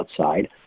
outside